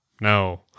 No